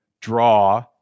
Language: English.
draw